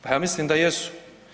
Pa ja mislim da jesu.